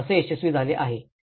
हे कसे यशस्वी झाले आहे